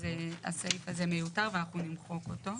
אז הסעיף הזה מיותר ואנחנו נמחוק אותו.